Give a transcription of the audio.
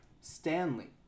Stanley